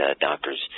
doctors